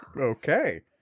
Okay